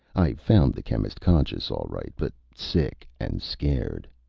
i found the chemist conscious, all right, but sick and scared.